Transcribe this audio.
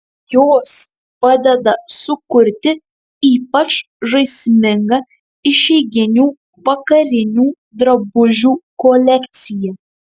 jos padeda sukurti ypač žaismingą išeiginių vakarinių drabužių kolekciją